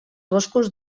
boscos